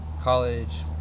college